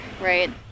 right